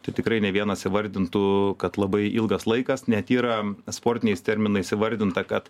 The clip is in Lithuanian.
tai tikrai ne vienas įvardintų kad labai ilgas laikas net yra sportiniais terminais įvardinta kad